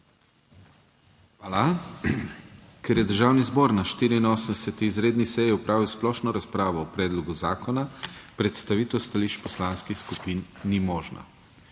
Hvala. Ker je Državni zbor na 84. izredni seji opravil splošno razpravo o predlogu zakona, predstavitev stališč poslanskih skupin ni možna.